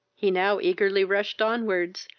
he now eagerly rushed on-wards,